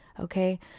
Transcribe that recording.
okay